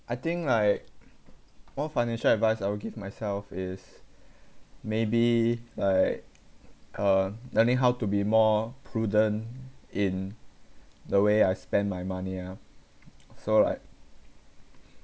I think like one financial advice I will give myself is maybe like uh learning how to be more prudent in the way I spend my money ah so like